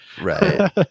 Right